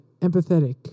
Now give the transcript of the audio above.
empathetic